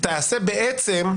תעשה בעצם,